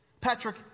Patrick